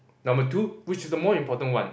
number two which is the more important one